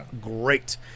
great